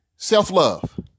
self-love